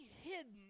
hidden